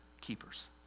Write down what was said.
keepers